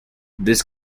this